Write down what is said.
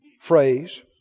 phrase